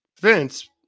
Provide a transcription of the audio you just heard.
Vince